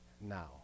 now